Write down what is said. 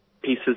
pieces